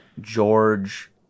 George